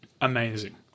amazing